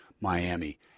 Miami